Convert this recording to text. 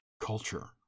culture